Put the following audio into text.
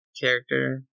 character